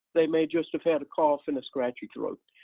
they may just have had a cough and a scratchy throat.